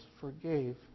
forgave